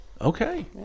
Okay